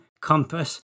compass